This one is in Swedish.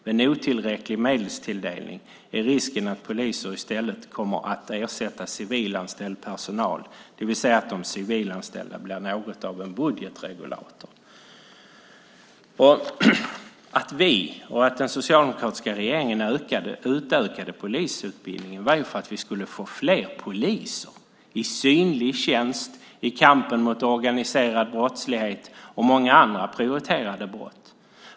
Med en otillräcklig medelstilldelning är risken att poliser i stället kommer att ersätta civilanställd personal, det vill säga att de civilanställda blir något av en budgetregulator. Anledningen till att vi och den socialdemokratiska regeringen utökade polisutbildningen var att vi skulle få fler poliser i synlig tjänst i kampen mot organiserad brottslighet och många andra prioriterade brott.